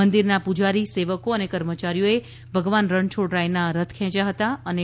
મંદિરના પુજારી સેવકો અને કર્મચારીઓએ ભગવાન રણછોડરાયનો રથ ખેંચ્યો હૃચો